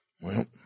Well